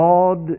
God